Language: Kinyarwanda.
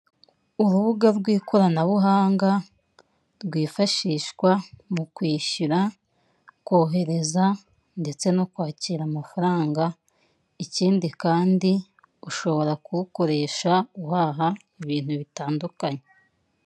Urubuga rw'ikoranabuhanga rwifashishwa mu kwishyura, kohereza ndetse no kwakira amafaranga, ikindi kandi ushobora kurukoresha uhaha ibintu bitandukanye.